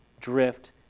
drift